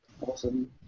Awesome